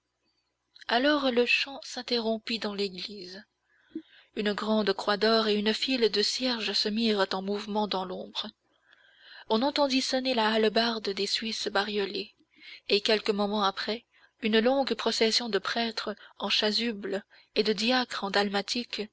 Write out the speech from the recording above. alors le chant s'interrompit dans l'église une grande croix d'or et une file de cierges se mirent en mouvement dans l'ombre on entendit sonner la hallebarde des suisses bariolés et quelques moments après une longue procession de prêtres en chasubles et de diacres